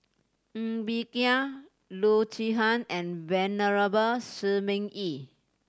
Ng Bee Kia Loo Zihan and Venerable Shi Ming Yi